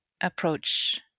approach